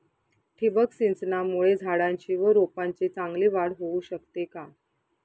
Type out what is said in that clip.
ठिबक सिंचनामुळे झाडाची व रोपांची चांगली वाढ होऊ शकते का?